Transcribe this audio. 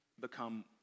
Become